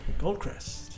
Goldcrest